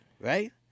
Right